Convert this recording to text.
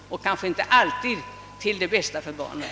Detta blir kanske inte alltid det bästa för barnen.